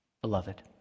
beloved